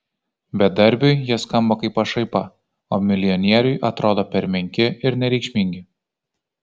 bedarbiui jie skamba kaip pašaipa o milijonieriui atrodo per menki ir nereikšmingi